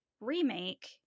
remake